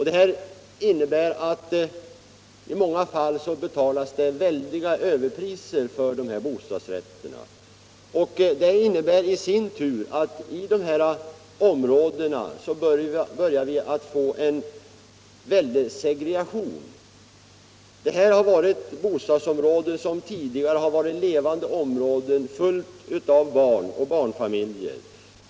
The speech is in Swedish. Det innebär i många fall att väldiga överpriser betalas för sådana bostadsrätter, vilket i sin tur medför att det uppstår segregation i dessa tidigare ”levande” områden, som varit fyllda av barnfamiljer.